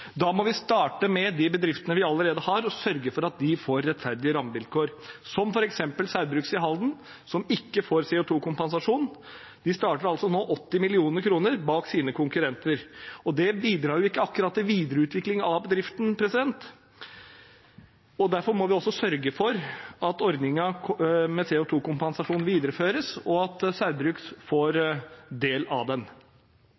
Da må vi starte med de bedriftene vi allerede har, og sørge for at de får rettferdige rammevilkår, som f.eks. Saugbrugs i Halden, som ikke får CO2-kompensasjon. De starter nå 80 mill. kr bak sine konkurrenter, og det bidrar ikke akkurat til videreutvikling av bedriften. Derfor må vi også sørge for at ordningen med CO2-kompensasjon videreføres, og at Saugbrugs får